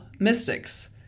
mystics